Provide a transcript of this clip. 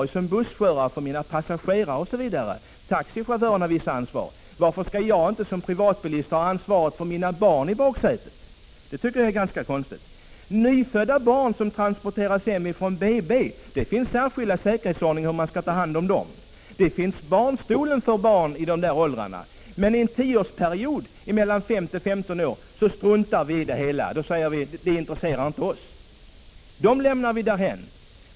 Jag är som bussförare ansvarig för mina passagerare, taxichaufförer har ett visst ansvar, osv. Varför skall inte jag som privatbilist ha ansvaret för mina barn som sitter i baksätet? Det tycker jag är ganska konstigt. Det finns särskilda säkerhetsföreskrifter för hur man skall transportera hem barn från BB. Det finns barnstolar för barn i dessa åldrar. Men underen = Prot. 1985/86:54 tioårsperiod i barnens liv — från 5 till 15 år — struntar vi i barnen. Viintresserar 17 december 1985 oss inte för dessa barns säkerhet utan lämnar dem därhän.